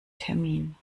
termin